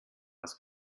was